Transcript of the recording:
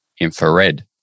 infrared